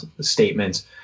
statements